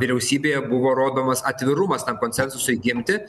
vyriausybėje buvo rodomas atvirumas tam konsensusui gimti